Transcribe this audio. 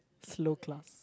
just low class